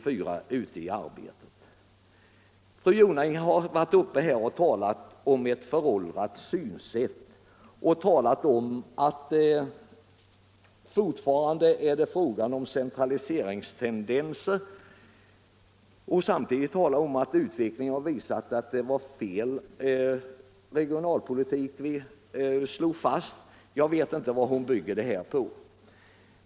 Fru Jonäng har här talat om ett föråldrat synsätt och menade att det fortfarande förekommer centraliseringstendenser. Samtidigt säger hon att utvecklingen har visat att det var fel regionalpolitik vi slog fast. Jag vet inte vad hon bygger det här på.